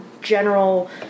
general